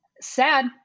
sad